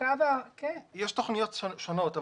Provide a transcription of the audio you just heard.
יש תוכניות שונות,